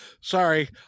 sorry